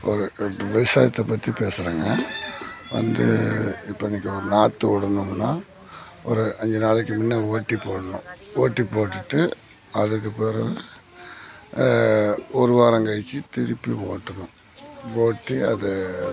ஒரு விவசாயத்தை பற்றி பேசுகிறேங்க வந்து இப்போ நீங்கள் ஒரு நாற்று விடணுமுன்னா ஒரு அஞ்சு நாளைக்கு முன்னே ஓட்டி போடணும் ஓட்டி போட்டுட்டு அதுக்குப் பிறகு ஒரு வாரம் கழித்து திருப்பி ஓட்டணும் ஓட்டி அதை